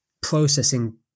processing